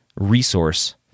resource